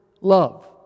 love